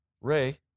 Ray